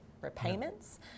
repayments